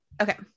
Okay